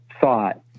thought